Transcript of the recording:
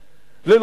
ללא בית.